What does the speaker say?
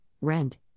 rent